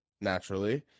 naturally